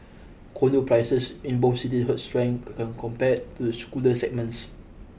condo prices in both city held strength compared to the segments